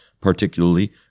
particularly